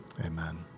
amen